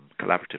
collaborative